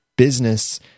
business